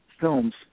films